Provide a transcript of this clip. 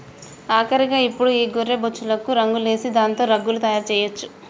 ఆఖరిగా ఇప్పుడు ఈ గొర్రె బొచ్చులకు రంగులేసి దాంతో రగ్గులు తయారు చేయొచ్చు